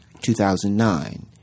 2009